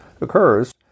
occurs